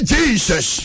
Jesus